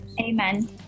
Amen